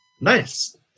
Nice